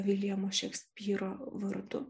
viljamo šekspyro vardu